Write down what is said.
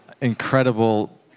incredible